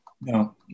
No